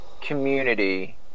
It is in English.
community